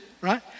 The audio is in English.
right